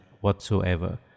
whatsoever